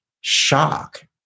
shock